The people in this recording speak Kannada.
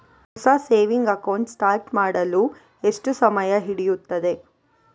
ಹೊಸ ಸೇವಿಂಗ್ ಅಕೌಂಟ್ ಸ್ಟಾರ್ಟ್ ಮಾಡಲು ಎಷ್ಟು ಸಮಯ ಹಿಡಿಯುತ್ತದೆ?